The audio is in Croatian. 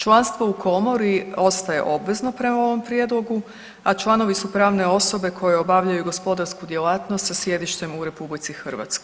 Članstvo u komori ostaje obvezno prema ovom prijedlogu, a članovi su pravne osobe koje obavljaju gospodarsku djelatnost sa sjedištem u RH.